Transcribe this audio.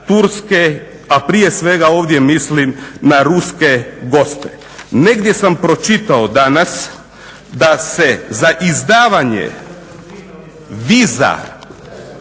a prije svega ovdje mislim na ruske goste? Negdje sam pročitao danas da se za izdavanje viza